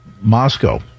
Moscow